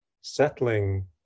settling